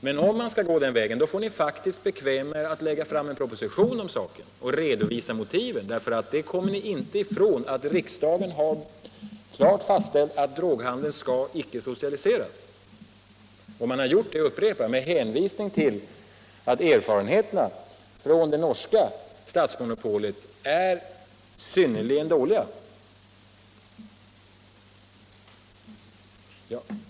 Men om ni skall gå den vägen får ni faktiskt bekväma er att lägga fram en proposition om saken och redovisa motiven. Ni kommer nämligen inte ifrån att riksdagen har klart fastställt att droghandeln icke skall socialiseras. Och det har riksdagen gjort — jag upprepar det — men hänvisning till att erfarenheterna från det norska statsmonopolet är synnerligen dåliga.